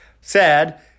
Sad